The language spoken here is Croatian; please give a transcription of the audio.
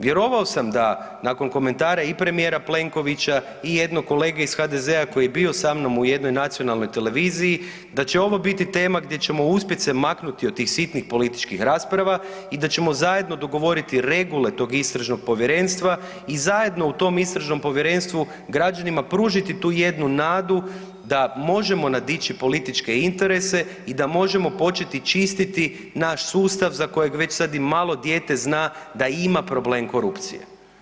Vjerovao sam da nakon komentara i premijera Plenkovića i jednog kolege iz HDZ-a koji je bio sa mnom u jednoj nacionalnoj televiziji da će ovo biti tema gdje ćemo se uspjeti se maknuti od tih sitnih političkih rasprava i da ćemo zajedno dogovoriti regule tog istražnog povjerenstva i zajedno u tom istražnom povjerenstvu građanima pružiti tu jednu nadu da možemo nadići političke interese i da možemo početi čistiti naš sustav za kojeg već sad i malo dijete zna da ima problem korupcije.